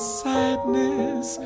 sadness